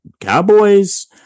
Cowboys